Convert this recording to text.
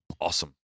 awesome